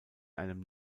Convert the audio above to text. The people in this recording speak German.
einem